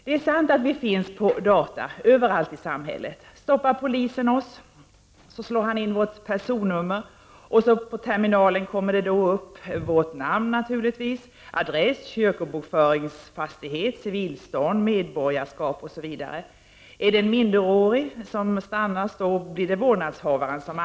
Det är riktigt att vi finns registrerade på data överallt i samhället. Om polisen stoppar oss och slår in vårt personnummer på sin terminal kommer följande uppgifter på skärmen: fullständigt namn, adress, kyrkobokföringsfastighet, civilstånd, medborgarskap osv. För minderåriga anges vårdnadshavaren.